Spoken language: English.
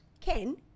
Ken